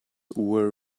were